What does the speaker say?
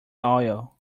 oil